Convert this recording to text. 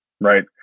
right